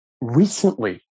recently